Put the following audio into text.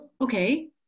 okay